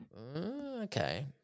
Okay